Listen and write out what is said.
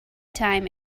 time